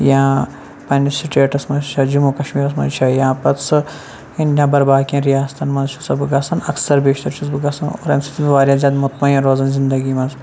یا پنٛنِس سٕٹیٹَس منٛز چھےٚ جموں کشمیٖرَس منٛز چھےٚ یا پَتہٕ سۄ امہِ نٮ۪بَر باقٕیَن ریاستَن منٛز چھُ سا بہٕ گژھان اکثر بیشتر چھُس بہٕ گژھان اور اَمہِ سۭتۍ چھُس بہٕ واریاہ زیادٕ مطمعین روزَان زندگی منٛز